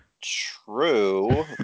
true